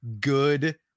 good